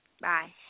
Bye